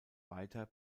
weiter